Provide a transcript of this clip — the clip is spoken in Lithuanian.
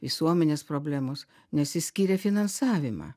visuomenės problemos nes jis skyrė finansavimą